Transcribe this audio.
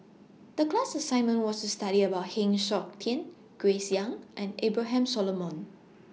The class assignment was to study about Heng Siok Tian Grace Young and Abraham Solomon